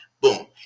boom